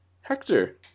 Hector